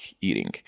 eating